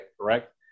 correct